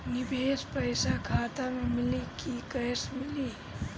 निवेश पइसा खाता में मिली कि कैश मिली?